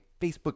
Facebook